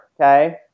okay